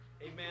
Amen